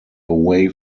away